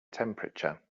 temperature